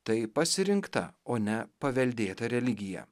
tai pasirinkta o ne paveldėta religija